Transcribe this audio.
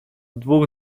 dwóch